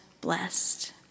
blessed